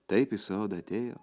taip į sodą atėjo